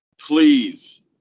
please